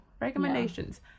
recommendations